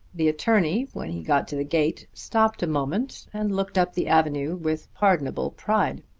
the attorney when he got to the gate stopped a moment and looked up the avenue with pardonable pride.